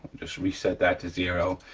just reset that to zero,